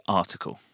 article